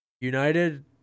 United